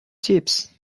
tips